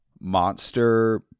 monster